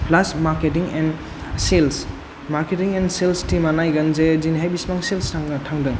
plus marketing and sales marketing and sales टिमा नायगोन जे दिनैहाय बेसेबां सेल्स थाङो थांदों